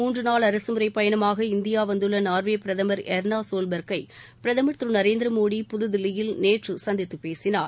மூன்று நாள் அரசுமுறைப் பயணமாக இந்தியா வந்துள்ள நாள்வே பிரதமர் எர்னா சோல்பர்க்கை பிரதம் திரு நரேந்திரமோடி புதுதில்லியில் நேற்று சந்தித்து பேசினார்